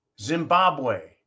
Zimbabwe